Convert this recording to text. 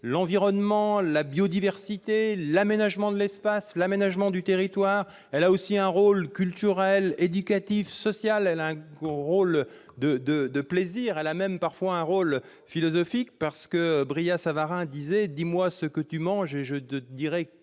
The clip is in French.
l'environnement, la biodiversité, l'aménagement de l'espace, l'aménagement du territoire. Elle a aussi un rôle culturel, éducatif ; elle joue sur le plaisir et a même parfois un rôle philosophique, comme l'affirmait Brillat-Savarin :« Dis-moi ce que tu manges et je te dirai